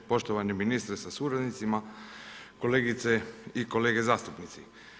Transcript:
Poštovani ministre sa suradnicima, kolegice i kolege zastupnici.